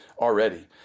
already